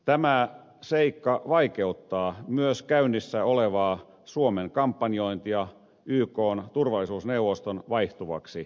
tämä seikka vaikeuttaa myös käynnissä olevaa suomen kampanjointia ykn turvallisuusneuvoston vaihtuvaksi jäseneksi